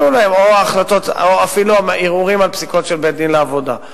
או אפילו ערעורים על פסיקות של בית-דין לעבודה.